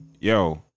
yo